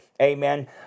amen